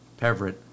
Peverett